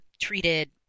treated